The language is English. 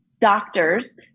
doctors